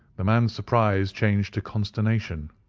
the man's surprise changed to consternation.